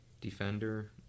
defender